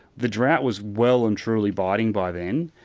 the drought was well and truly biting by then.